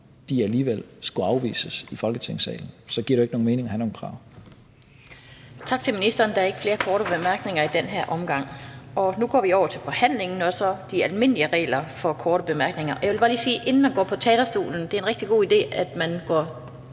alligevel skulle afvises i Folketingssalen. Så giver det jo ikke nogen mening at have nogle krav.